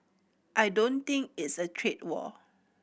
I don't think it's a trade war